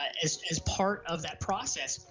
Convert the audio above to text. as as part of that process,